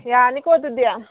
ꯌꯥꯅꯤꯀꯣ ꯑꯗꯨꯗꯤ